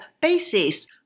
basis